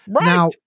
Now